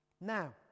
now